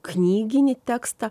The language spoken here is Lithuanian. knyginį tekstą